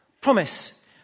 promise